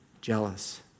jealous